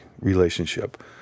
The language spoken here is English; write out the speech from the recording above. relationship